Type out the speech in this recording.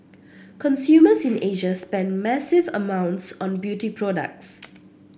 consumers in Asia spend massive amounts on beauty products